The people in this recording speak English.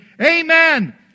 Amen